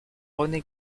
rené